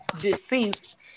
deceased